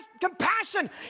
compassion